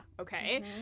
okay